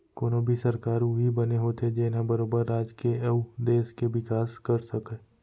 कोनो भी सरकार उही बने होथे जेनहा बरोबर राज के अउ देस के बिकास कर सकय